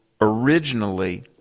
originally